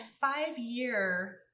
five-year